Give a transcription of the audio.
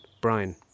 Brian